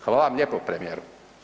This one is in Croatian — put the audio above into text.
Hvala vam lijepo, premijeru.